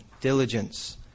diligence